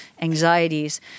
anxieties